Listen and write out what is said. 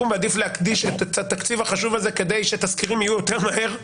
ועדיף להקדיש את התקציב החשוב הזה כדי שאולי התסקירים יהיו יותר מהר.